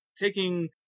taking